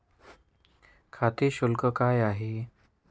खाते शुल्क काय आहे?